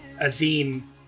Azim